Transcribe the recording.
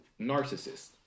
narcissist